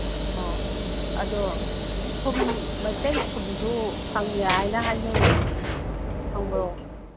ꯑꯣ ꯑꯗꯣ ꯊꯨꯝ ꯃꯩꯇꯩ ꯊꯨꯝꯁꯨ ꯐꯪꯉꯦ ꯍꯥꯏꯅ ꯍꯥꯏꯅꯩꯌꯦ ꯐꯪꯕ꯭ꯔꯣ